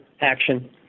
action